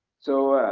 so,